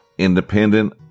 Independent